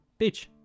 Bitch